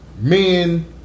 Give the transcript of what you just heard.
men